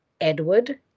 Edward